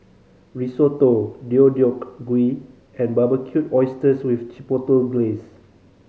Risotto Deodeok Gui and Barbecued Oysters with Chipotle Glaze